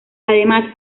además